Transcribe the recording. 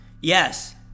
Yes